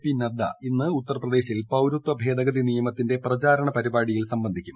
P Nadda ഇന്ന് ഉത്തർപ്രദേശിൽ പൌരത്വ ഭേദഗതി ന്നിയമത്തിന്റെ പ്രചാരണ പരിപാടിയിൽ പങ്കെടുക്കും